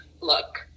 look